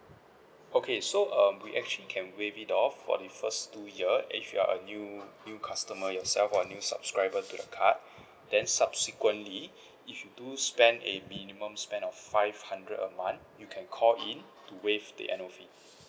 okay so um we actually can waived it off for the first two year if you are a new new customer yourself or new subscriber to the card then subsequently if you do spend a minimum spend of five hundred a month you can call in to waive the annual fee